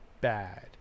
bad